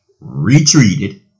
retreated